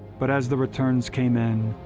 but as the returns came in,